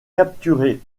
capturé